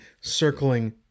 circling